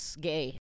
gay